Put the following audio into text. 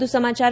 વધુ સમાચાર